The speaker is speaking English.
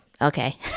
okay